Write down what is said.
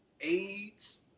AIDS